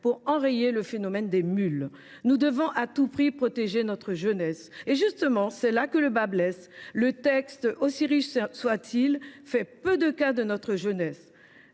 pour enrayer le phénomène des « mules ». Nous devons à tout prix protéger notre jeunesse. Justement, c’est là que le bât blesse. Le texte, aussi riche soit il, fait peu de cas de notre jeunesse.